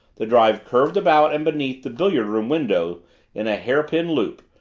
the drive curved about and beneath the billiard-room windows in a hairpin loop,